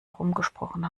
herumgesprochen